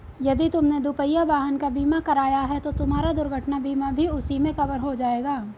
यदि तुमने दुपहिया वाहन का बीमा कराया है तो तुम्हारा दुर्घटना बीमा भी उसी में कवर हो जाएगा